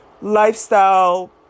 lifestyle